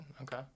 okay